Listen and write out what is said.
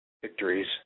victories